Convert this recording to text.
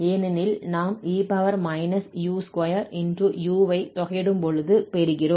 ஏனெனில் நாம் e u2u ஐ தொகையிடும்பொழுது பெறுகிறோம்